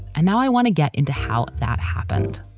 and now i want to get into how that happened.